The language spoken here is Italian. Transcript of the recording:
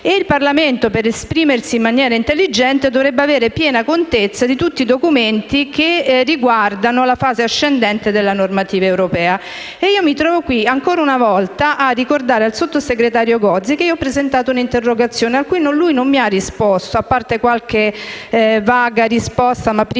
dal canto suo, per esprimersi in maniera intelligente, dovrebbe avere piena contezza di tutti i documenti che riguardano la fase ascendente della normativa europea. Mi trovo qui, ancora una volta, a ricordare al sottosegretario Gozi che ho presentato un'interrogazione, alla quale non mi ha risposto, a parte qualche vaga risposta, ma priva